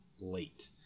late